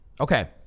Okay